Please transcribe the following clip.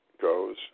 goes